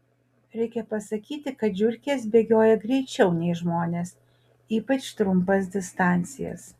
reikia pasakyti kad žiurkės bėgioja greičiau nei žmonės ypač trumpas distancijas